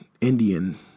Indian